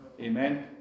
Amen